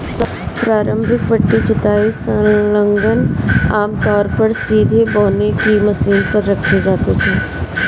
प्रारंभिक पट्टी जुताई संलग्नक आमतौर पर सीधे बोने की मशीन पर रखे जाते थे